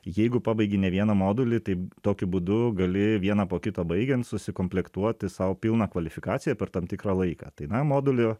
jeigu pabaigi ne vieną modulį tai tokiu būdu gali vieną po kito baigiant susikomplektuoti sau pilną kvalifikaciją per tam tikrą laiką tai na modulio